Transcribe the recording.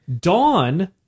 Dawn